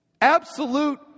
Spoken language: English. absolute